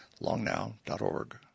longnow.org